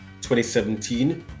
2017